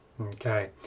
Okay